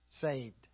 saved